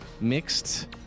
mixed